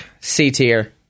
C-tier